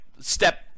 step